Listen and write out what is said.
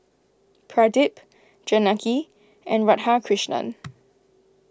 Pradip Janaki and Radhakrishnan